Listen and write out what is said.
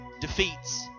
defeats